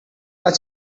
are